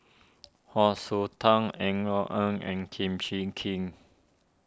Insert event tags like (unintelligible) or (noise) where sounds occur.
Hsu Su Tang Eng (unintelligible) Eng and Kim Chee Kin